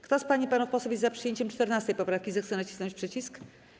Kto z pań i panów posłów jest za przyjęciem 14. poprawki, zechce nacisnąć przycisk.